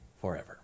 forever